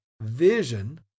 vision